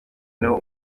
niho